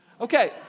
Okay